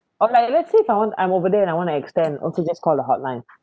alright let's say if I want I'm over there and I want to extend okay just call the hotline